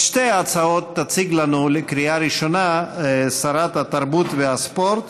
התשע"ח 2018. את שתי ההצעות תציג לנו לקריאה ראשונה שרת התרבות והספורט